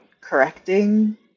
correcting